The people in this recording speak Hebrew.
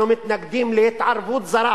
אנחנו מתנגדים להתערבות זרה